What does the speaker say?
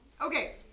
Okay